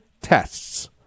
tests